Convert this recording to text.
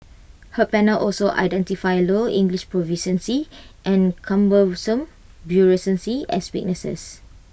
her panel also identified low English proficiency and cumbersome bureaucracy as weaknesses